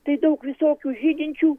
tai daug visokių žydinčių